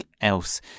else